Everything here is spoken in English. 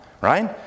right